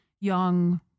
young